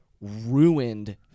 Ruined